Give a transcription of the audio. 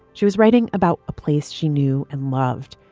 she was writing about a place she knew and loved.